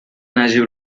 نجیب